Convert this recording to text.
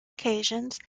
occasions